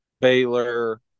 Baylor